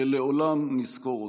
שלעולם נזכור אותם.